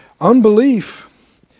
unbelief